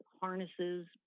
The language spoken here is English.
harnesses